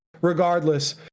regardless